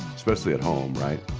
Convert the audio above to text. especially at home, right?